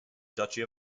duchy